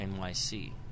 NYC